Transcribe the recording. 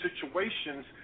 situations